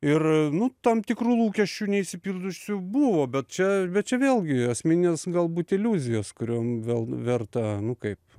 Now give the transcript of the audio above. ir nu tam tikrų lūkesčių neišsipildžiusių buvo bet čia čia vėlgi asmeninės galbūt iliuzijos kuriom vėl verta nu kaip